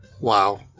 Wow